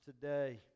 today